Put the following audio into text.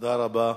תודה רבה.